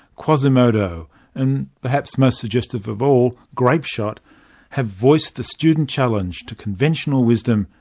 quasimodo and perhaps most suggestive of all, grapeshot have voiced the student challenge to conventional wisdom,